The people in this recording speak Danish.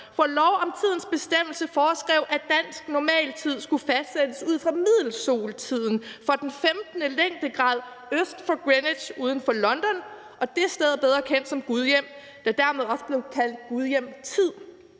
For lov om tidens bestemmelse foreskrev, at dansk normaltid skulle fastsættes ud fra middelsoltiden for den 15. længdegrad øst for Greenwich uden for London – og det sted er bedre kendt som Gudhjem, og dermed blev det også kaldt Gudhjemtid.